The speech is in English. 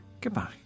Goodbye